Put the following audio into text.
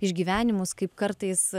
išgyvenimus kaip kartais